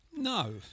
No